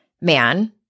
man